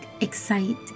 excite